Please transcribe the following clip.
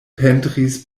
pentris